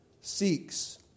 seeks